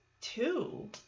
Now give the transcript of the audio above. two